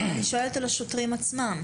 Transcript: אני שואלת על השוטרים עצמם.